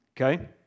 Okay